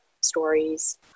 stories